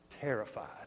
terrified